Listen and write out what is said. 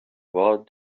what